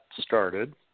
started